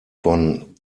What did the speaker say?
von